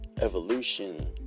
Evolution